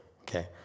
Okay